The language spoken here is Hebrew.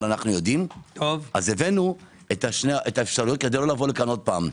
אז הבאנו את האפשרויות כדי לא לבוא לכאן שוב.